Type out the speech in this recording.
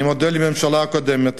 אני מודה לממשלה הקודמת